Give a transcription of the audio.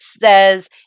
says